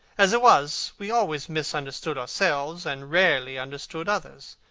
as it was, we always misunderstood ourselves and rarely understood others.